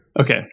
okay